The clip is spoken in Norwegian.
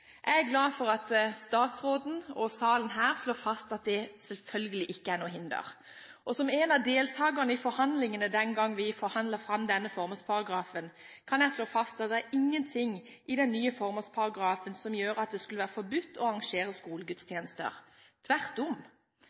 Jeg er glad for at statsråden og denne salen slår fast at det selvfølgelig ikke er noe hinder. Som en av deltakerne i forhandlingene den gang vi forhandlet fram denne formålsparagrafen, kan jeg slå fast at det er ingenting i den nye formålsparagrafen som gjør at det skulle være forbudt å arrangere skolegudstjenester. Tvert om